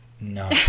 no